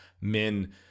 men